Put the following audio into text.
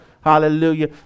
Hallelujah